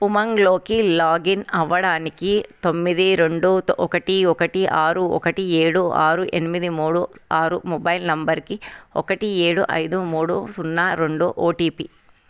ఉమాంగ్లోకి login అవ్వడానికి తొమ్మిది రెండు ఒకటి ఒకటి ఆరు ఒకటి ఏడు ఆరు ఎనిమిది మూడు ఆరు మొబైల్ నెంబర్కి ఒకటి ఏడు ఐదు మూడు సున్నా రెండు ఓటిపీ